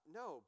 no